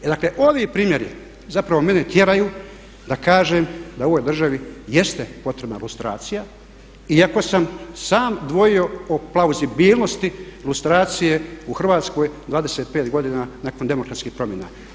Dakle, ovi primjeri zapravo mene tjeraju da kažem da u ovoj državi jeste potrebna lustracija iako sam i sam dvojio o klauzbilnosti lustracije u Hrvatskoj 25 godina nakon demokratskih promjena.